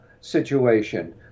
situation